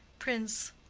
prince.